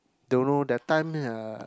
don't know that time ya